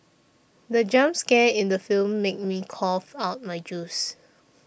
the jump scare in the film made me cough out my juice